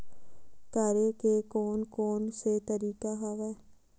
करे के कोन कोन से तरीका हवय?